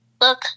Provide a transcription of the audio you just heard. Look